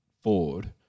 Ford